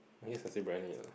I guess nasi-briyani lah